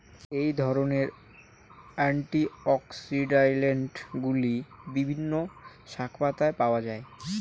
এই ধরনের অ্যান্টিঅক্সিড্যান্টগুলি বিভিন্ন শাকপাতায় পাওয়া য়ায়